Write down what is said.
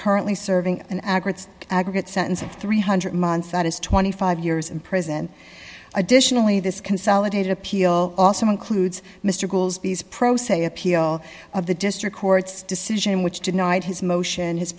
currently serving an aggregate aggregate sentence of three hundred months that is twenty five years in prison additionally this consolidated appeal also includes mr goelz b s pro se appeal of the district court's decision which denied his motion his